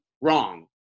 wrong